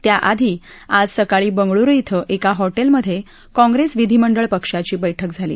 त्याआधी आज सकाळी बंगळुरु ा कें एका हॉटेलमधे कॉंग्रेस विधिमंडळ पक्षाची बैठक झाली